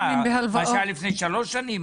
מה שהיה לפני שלוש שנים,